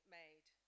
made